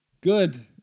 Good